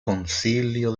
concilio